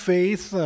Faith